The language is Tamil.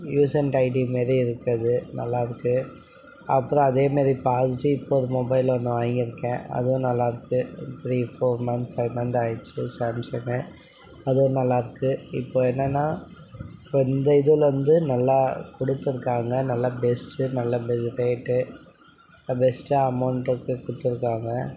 யூஸ் அன் டைட்டி மாதிரி இருக்குது நல்லாயிருக்கு அப்போதான் அதே மாரி பாதி சீப் மொபைல் ஒன்று வாங்கியிருக்கேன் அதுவும் நல்லா இருக்குது இது three four month five month ஆகிடுச்சி சாம்ஸங்கு அதுவும் நல்லா இருக்குது இப்போது என்னென்னா இப்போ இந்த இதில் வந்து நல்லா கொடுத்துருக்காங்க நல்ல பெஸ்ட்டு நல்ல ரேட்டு பெஸ்டாக அமௌன்டுக்கு கொடுத்துருக்காங்க